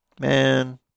Man